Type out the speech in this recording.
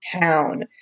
town